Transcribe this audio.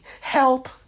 Help